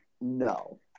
No